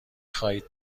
خواهید